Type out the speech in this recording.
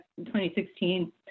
2016